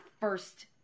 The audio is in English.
first